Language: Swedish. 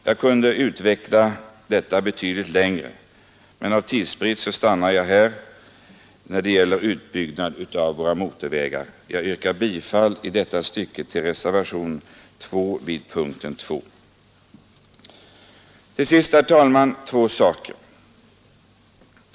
Jag kunde utveckla detta betydligt längre, men på grund av tidsbrist stannar jag här när det gäller utbyggnad av våra motorvägar. Jag yrkar bifall i detta stycke till reservationen 2 a vid punkten 2. Till sist, herr talman, två saker.